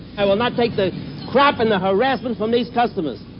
i will not take the crap and the harassment from these customers.